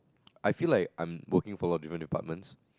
I feel like I'm working for alot of different departments